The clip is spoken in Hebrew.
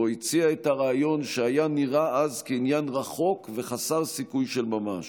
ובו הציע את הרעיון שנראה אז כעניין רחוק וחסר סיכוי של ממש,